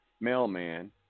mailman